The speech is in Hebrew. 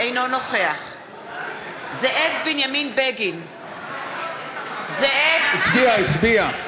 אינו נוכח זאב בנימין בגין הצביע, הצביע.